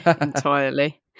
entirely